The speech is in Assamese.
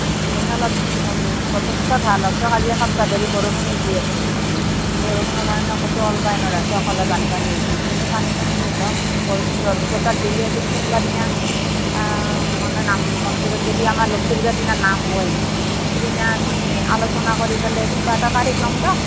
বতৰ চতৰ ভাল হওক দিয়ক আজি এসপ্তাহ ধৰি বৰষুণে দি আছে বৰষুণৰ কাৰণে ক'তো ওলাবই নোৱাৰা হৈছে বানপানী পানী চানী শেষ হওক বৰষুণ ৰদ বতৰ দিলে এদিন কোনোবাদিনা মানে মন্দিৰত যদি আমাৰ লক্ষী পূজাৰ দিনা নাম হয় সেইদিনা আমি আলোচনা কৰি পেলাই কোনোবা এটা তাৰিখ ল'ম দিয়ক